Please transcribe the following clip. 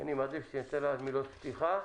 כמנהגנו בחקיקה,